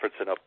up